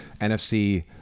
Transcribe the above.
nfc